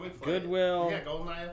Goodwill